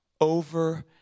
over